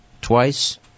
twice